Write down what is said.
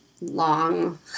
long